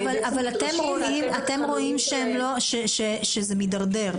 אבל אתם רואים שזה מדרדר.